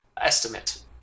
estimate